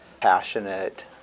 passionate